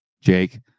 Jake